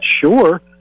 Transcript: sure